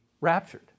raptured